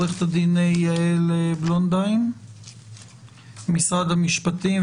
עורכת הדין יעל בלונדהיים ממשרד המשפטים,